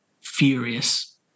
furious